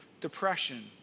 depression